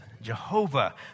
Jehovah